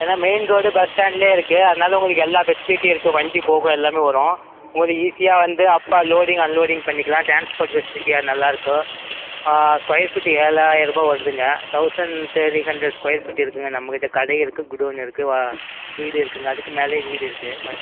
ஏன்னால் main road bus ஸ்டாண்ட்டிலே இருக்குது அதனால் உங்களுக்கு எல்லா ஃபெசிலிட்டியும் இருக்கும் வண்டி போக எல்லாமே வரும் உங்களுக்கு ஈஸியாக வந்து அப் லோடிங் அன்லோடிங் பண்ணிக்கலாம் டிரான்ஸ்போர்ட் ஃபெசிலிட்டியாக நல்லாயிருக்கும் ஸ்கொயர் ஃபீட்டு ஏழாயிரம் ரூபாய் வருங்க thousand three hundred square feet இருக்குங்க நம்மக்கிட்டே கடை இருக்குது குடோன் இருக்குது வீடு இருக்குதுங்க அதுக்கு மேலே வீடு இருக்குது